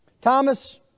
Thomas